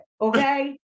okay